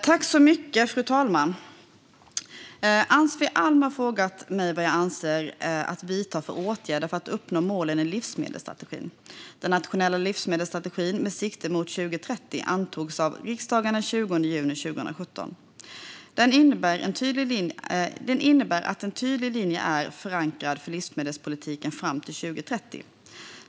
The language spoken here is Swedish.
Fru talman! Ann-Sofie Alm har frågat mig vad jag avser att vidta för åtgärder för att uppnå målen i livsmedelsstrategin. Den nationella livsmedelsstrategin med sikte mot år 2030 antogs av riksdagen den 20 juni 2017. Den innebär att en tydlig linje är förankrad för livsmedelspolitiken fram till 2030.